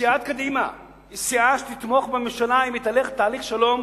סיעת קדימה היא סיעה שתתמוך בממשלה אם היא תלך לתהליך שלום,